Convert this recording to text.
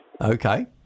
Okay